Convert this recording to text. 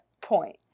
point